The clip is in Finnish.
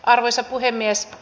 arvoisa puhemies